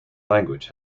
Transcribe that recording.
language